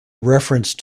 reference